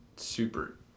super